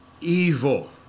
evil